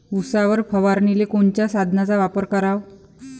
उसावर फवारनीले कोनच्या साधनाचा वापर कराव?